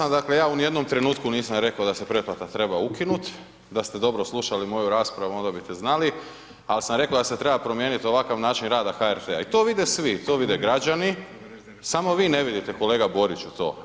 238. dakle ja ni u jednom trenutku rekao da se preplata treba ukinut, da ste dobro slušali moju raspravu onda bite znali, ali sam rekao da se treba promijeniti ovakav način rada HRT-a i to vide svi, to vide građani, samo vi ne vidite kolega Boriću to.